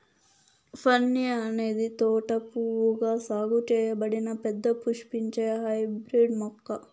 pansy అనేది తోట పువ్వుగా సాగు చేయబడిన పెద్ద పుష్పించే హైబ్రిడ్ మొక్క